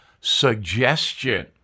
suggestion